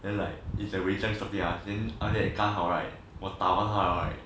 then like is a way kind of thing than 刚好 right 我打完他了 right